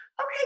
Okay